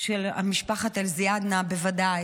של משפחת אל-זיאדנה בוודאי,